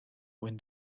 when